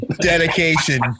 dedication